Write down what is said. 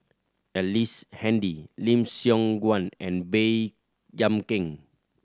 Ellice Handy Lim Siong Guan and Baey Yam Keng